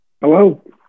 Hello